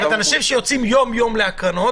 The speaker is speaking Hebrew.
אז חולה שצריך לצאת יום יום להקרנות?